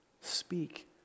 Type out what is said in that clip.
Speak